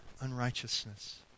unrighteousness